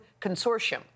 Consortium